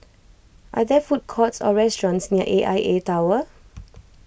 are there food courts or restaurants near A I A Tower